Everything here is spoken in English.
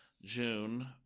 June